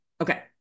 Okay